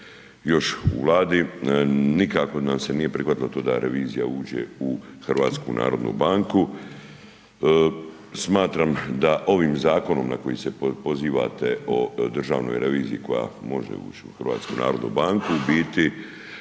još u Vladi, nikako nam se nije prihvatilo to da revizija uđe u HNB. Smatram da ovim zakonom na koji se pozivate o Državnoj reviziji koja može ući u HNB, u biti,